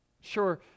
Sure